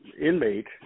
Inmate